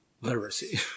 literacy